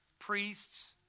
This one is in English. priests